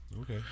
Okay